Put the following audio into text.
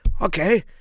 Okay